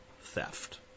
theft